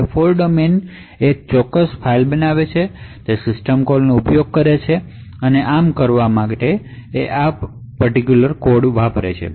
હવે fault domain 1 file બનાવે છે તે સિસ્ટમ કોલનો ઉપયોગ કરીને આમ કરે છે